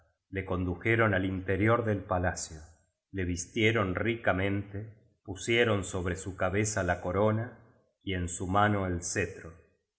le condujeron al interior del palacio le vistieron ricamente pusieron sobre su cabeza la corona y en su mano el cetro